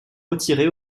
retirée